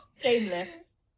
Shameless